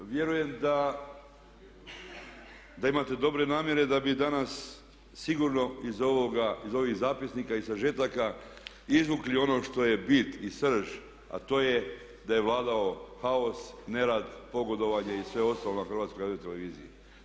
Vjerujem da imate dobre namjere da bi danas sigurno iz ovoga, iz ovih zapisnika i sažetaka izvukli ono što je bit i srž a to je da je vladao kaso, nerad, pogodovanje i sve ostalo na HRT-u.